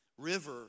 river